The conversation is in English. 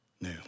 new